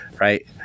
right